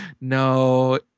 no